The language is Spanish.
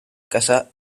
casa